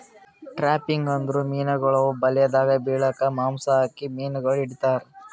trapping ಅಂದುರ್ ಮೀನುಗೊಳ್ ಬಲೆದಾಗ್ ಬಿಳುಕ್ ಮಾಂಸ ಹಾಕಿ ಮೀನುಗೊಳ್ ಹಿಡಿತಾರ್